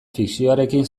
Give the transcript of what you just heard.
fikzioarekin